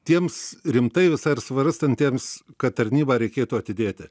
tiems rimtai visai ir svarstantiems kad tarnybą reikėtų atidėti